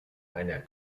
einer